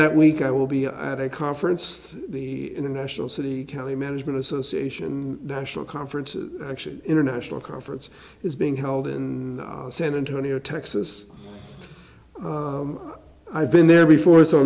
that week i will be i had a conference the international city county management association national conference of action international conference is being held in san antonio texas i've been there before so